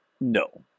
No